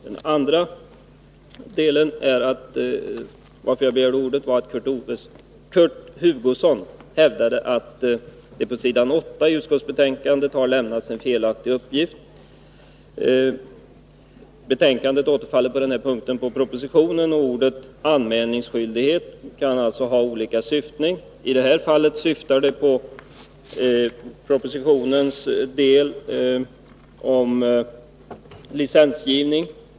Det andra skälet till att jag begärt ordet är att Kurt Hugosson hävdade att det på s. 8 i utskottsbetänkandet lämnats en felaktig uppgift. Utskottets skrivning här grundar sig på vad som sägs i propositionen. Ordet ”anmälningsskyldighet” kan alltså ha olika syftning. I det här fallet syftar det på vad som sägs i propositionen om licensgivning.